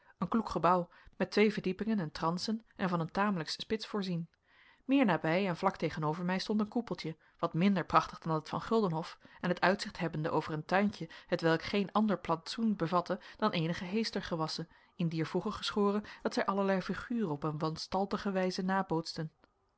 een kloek gebouw met twee verdiepingen en transen en van een tamelijks spits voorzien meer nabij en vlak tegenover mij stond een koepeltje wat minder prachtig dan dat van guldenhof en het uitzicht hebbende over een tuintje hetwelk geen ander plantsoen bevatte dan eenige heestergewassen in dier voege geschoren dat zij allerlei figuren op een wanstaltige wijze nabootsten